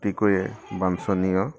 অতিকৈয়ে বাঞ্চনীয়